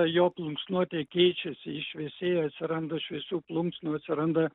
jo plunksnuotė keičiasi jis šviesėja atsiranda šviesių plunksnų atsiranda